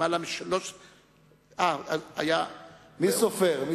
מי סופר.